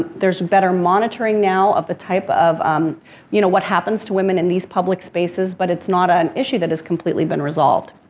there's been better monitoring now of the type of um you know, what happens to women in these public spaces, but it's not an issue that has completely been resolved.